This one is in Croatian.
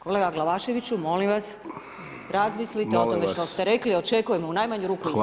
Kolega Glavaševiću, molim vas, razmislite o tome što ste rekli, očekujem u najmanju ruku ispriku.